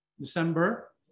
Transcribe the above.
December